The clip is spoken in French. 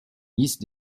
liste